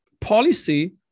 policy